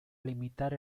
limitar